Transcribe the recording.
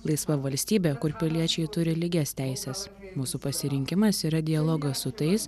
laisva valstybė kur piliečiai turi lygias teises mūsų pasirinkimas yra dialogas su tais